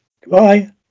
goodbye